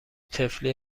طفلی